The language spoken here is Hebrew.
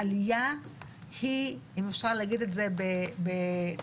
העלייה היא אם אפשר להגיד את זה בצרפתית,